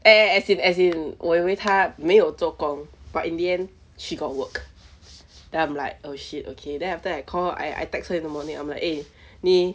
eh as in as in 我以为她没有做工 but in the end she got work then I'm like oh shit okay then after I call I I text her in the morning I'm like eh 你